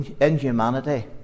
inhumanity